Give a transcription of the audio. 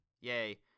Yay